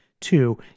Two